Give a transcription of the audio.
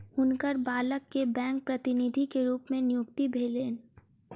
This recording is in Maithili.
हुनकर बालक के बैंक प्रतिनिधि के रूप में नियुक्ति भेलैन